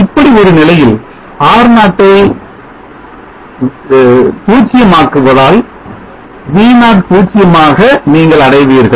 இப்படி ஒரு நிலையில் R0 ட்டை சிஎம் 0 ஆக்குவதால் V0 பூச்சியமாக நீங்கள் அடைவீர்கள்